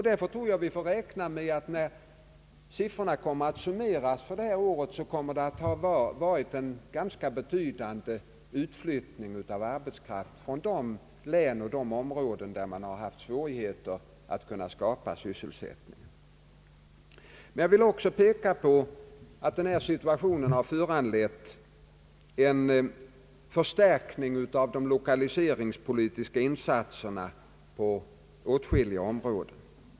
Därför får vi nog räkna med att när siffrorna för det här året kommer att summeras kommer det att visa sig ha varit en ganska betydande utflyttning av arbetskraft från de områden där man har haft svårigheter att skapa sysselsättning. Jag vill också peka på att denna situation har föranlett en förstärkning av de lokaliseringspolitiska insatserna på åtskilliga områden.